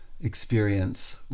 experience